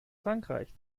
frankreich